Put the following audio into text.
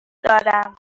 دارم